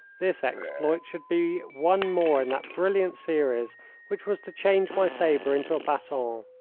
this exploit should be one more in that brilliant series which was to change my sabre into a baton.